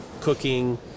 cooking